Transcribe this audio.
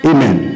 Amen